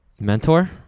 Mentor